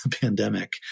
pandemic